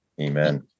Amen